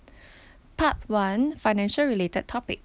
part one financial related topic